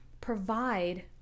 provide